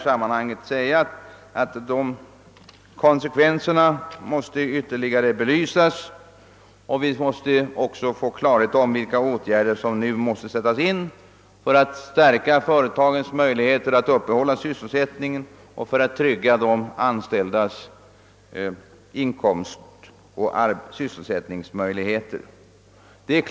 Dessa konsekvenser måste ytterligare belysas, och vi måste få klarhet i vilka åtgärder som kan sättas in för att stärka företagens möjligheter att uppehålla sysselsättningen och trygga de anställdas inkomstoch sysselsättningsmöjligheter.